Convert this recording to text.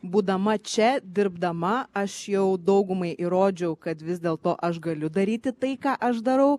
būdama čia dirbdama aš jau daugumai įrodžiau kad vis dėlto aš galiu daryti tai ką aš darau